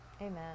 Amen